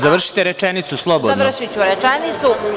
Završite rečenicu slobodno.) Završiću rečenicu.